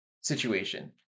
situation